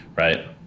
right